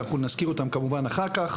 אנחנו נזכיר אותם כמובן אחר כך,